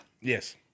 Yes